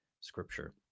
Scripture